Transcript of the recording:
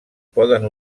poden